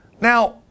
Now